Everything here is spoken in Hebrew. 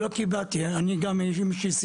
לא קיבלתי שירות